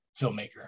filmmaker